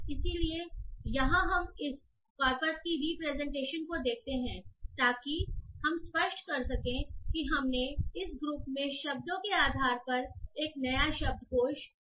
इसलिए यहाँ हम इस कॉर्पस की रिप्रेजेंटेशन को देखते हैं ताकि हम स्पष्ट कर सकें कि हमने इस ग्रुप में शब्दों के आधार पर एक नया शब्दकोश बनाया है